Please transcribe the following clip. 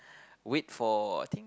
wait for I think